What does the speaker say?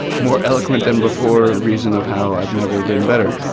more eloquent than before reason of how i've never been better,